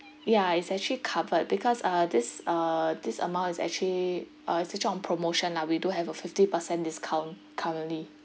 ya it's actually covered because uh this uh this amount is actually uh is actually on promotion lah we do have a fifty percent discount currently